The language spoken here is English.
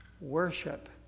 Worship